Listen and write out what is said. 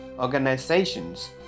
organizations